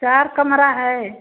चार कमरे हैं